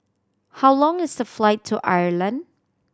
how long is the flight to Ireland